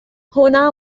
هنا